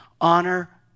honor